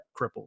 cripples